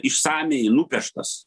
išsamiai nupieštas